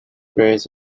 prayers